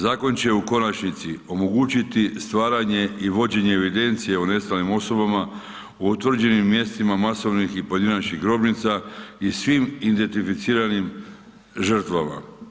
Zakon će u konačnici omogućiti stvaranje i vođenje evidencije o nestalim osobama o utvrđenim mjestima masovnih i pojedinačnih grobnica i svim identificiranim žrtvama.